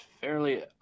fairly